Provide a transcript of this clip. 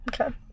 Okay